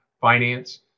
finance